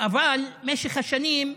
אבל במשך השנים,